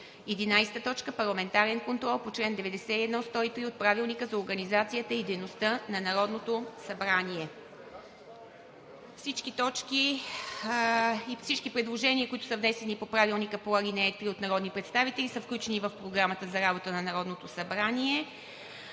11. Парламентарен контрол по чл. 91 – 103 от Правилника за организацията и дейността на Народното събрание.“ Всички предложения, които са внесени по Правилника – по ал. 3 – от народни представители, са включени в Програмата за работата на Народното събрание.